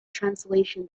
translation